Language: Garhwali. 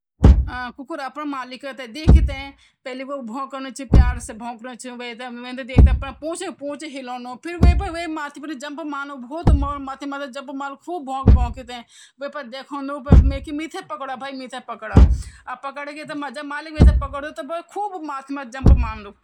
पेंग्विन जो ची वो बरफ वाला इलाका माँ रंड वे जन बरफ खुड्डन खुड्डन और गद्दा बनूंड़ां और गद्दा भीतर क्या होन्दु वो अफु ते वे माँ भेथी जांद आने की जु जु बरफ होन्दी जो तापमान होन्दु वे माँ वो गरम होन्दु जन हम इग्लू घर बनौन्दा इग्लू भेटरर वे वे भर बैठी कोई हवा नई औंदी वे गर्मी बनी रेंड